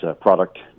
product